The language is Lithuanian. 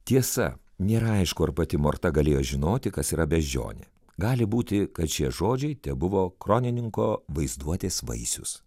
tiesa nėra aišku ar pati morta galėjo žinoti kas yra beždžionė gali būti kad šie žodžiai tebuvo kronininko vaizduotės vaisius